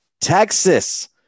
Texas